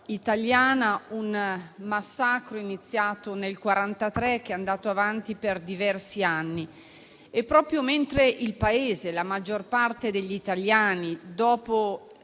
italiana, un massacro iniziato nel 1943 e andato avanti per diversi anni. Proprio mentre il Paese, la maggior parte degli italiani, dopo